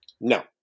No